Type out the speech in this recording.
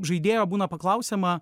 žaidėjo būna paklausiama